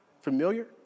familiar